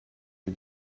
mir